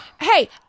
Hey